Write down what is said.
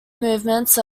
movements